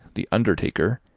the undertaker,